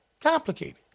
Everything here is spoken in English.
complicated